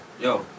Yo